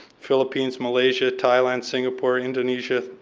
philippines, malaysia, thailand, singapore, indonesia,